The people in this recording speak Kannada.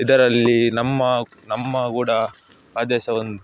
ಇದರಲ್ಲಿ ನಮ್ಮ ನಮ್ಮ ಗೂಢ ಪ್ರದೇಶ ಒಂದು